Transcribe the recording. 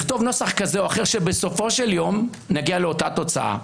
אנחנו נכתוב נוסח כזה שבסופו של יום נגיע לאותה תוצאה.